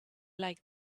like